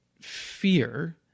fear